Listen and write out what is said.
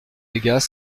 aygas